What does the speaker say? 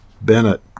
Bennett